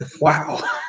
Wow